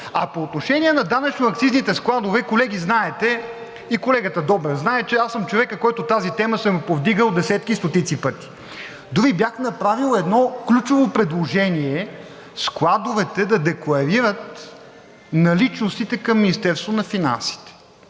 А по отношение на данъчно-акцизните складове. Колеги, знаете, и колегата Добрев знае, че аз съм човекът, който тази тема съм повдигал десетки и стотици пъти, дори и бях направил едно ключово предложение: складовете да декларират наличностите към Министерството на финансите,